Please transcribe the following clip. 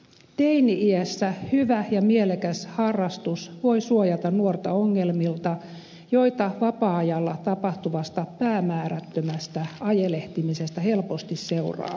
teini iässä hyvä ja mielekäs harrastus voi suojata nuorta ongelmilta joita vapaa ajalla tapahtuvasta päämäärättömästä ajelehtimisesta helposti seuraa